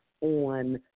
on